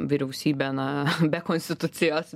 vyriausybė na be konstitucijos